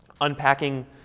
unpacking